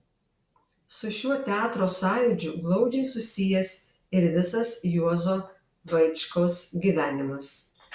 su šiuo teatro sąjūdžiu glaudžiai susijęs ir visas juozo vaičkaus gyvenimas